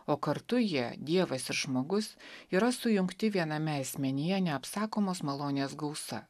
o kartu jie dievas ir žmogus yra sujungti viename asmenyje neapsakomos malonės gausa